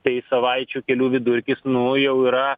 tai savaičių kelių vidurkis nu jau yra